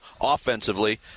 offensively